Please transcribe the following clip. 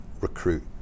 recruit